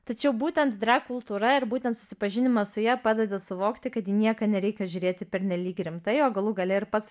tačiau būtent drag kultūra ir būtent susipažinimas su ja padeda suvokti kad į nieką nereikia žiūrėti pernelyg rimtai o galų gale ir pats